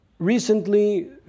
Recently